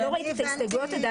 לא ראיתי את ההסתייגויות עדיין.